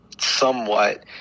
somewhat